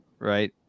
Right